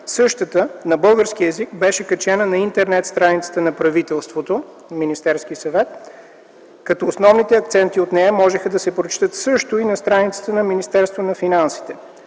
същата на български език беше качена на интернет-страницата на Министерски съвет, като основните акценти от нея можеха да се прочетат също и на страницата на Министерство на финансите.